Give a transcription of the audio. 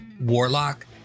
warlock